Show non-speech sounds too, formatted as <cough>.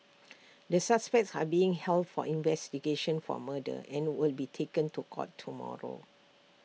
<noise> the suspects are being held for investigations for murder and will be taken to court tomorrow